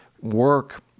work